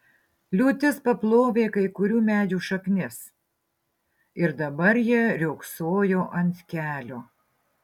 liūtis paplovė kai kurių medžių šaknis ir dabar jie riogsojo ant kelio